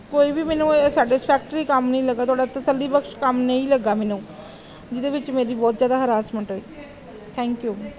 ਕੋਈ ਵੀ ਮੈਨੂੰ ਇਹ ਸੈਟਿਸਫੈਕਟਰੀ ਕੰਮ ਨਹੀਂ ਲੱਗਿਆ ਤੁਹਾਡਾ ਤਸੱਲੀ ਬਖਸ਼ ਕੰਮ ਨਹੀਂ ਲੱਗਿਆ ਮੈਨੂੰ ਜਿਹਦੇ ਵਿੱਚ ਮੇਰੀ ਬਹੁਤ ਜ਼ਿਆਦਾ ਹਰਾਸਮੈਂਟ ਹੋਈ ਥੈਂਕ ਯੂ